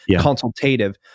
consultative